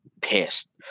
pissed